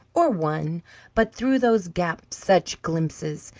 or one but through those gaps such glimpses!